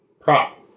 prop